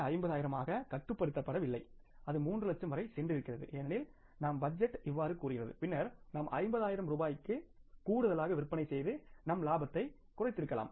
5 ஆகக் கட்டுப்படுத்தப்படவில்லை அது 3 லட்சம் வரை சென்றிருக்கிறது ஏனெனில் நம் பட்ஜெட் இவ்வாறு கூறுகிறது பின்னர் நாம் 50 ஆயிரம் ரூபாய்க்கு கூடுதலாக விற்பனை செய்து நம் லாபத்தை குறைத்திருக்கலாம்